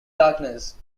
darkness